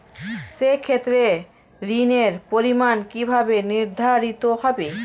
সে ক্ষেত্রে ঋণের পরিমাণ কিভাবে নির্ধারিত হবে?